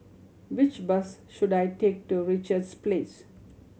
which bus should I take to Richards Place